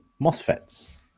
MOSFETs